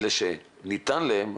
לאלה שניתן להם,